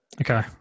Okay